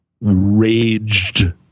raged